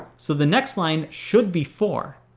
so the next line should be four.